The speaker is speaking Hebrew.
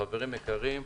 חברים יקרים,